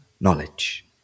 knowledge